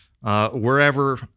wherever